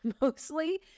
mostly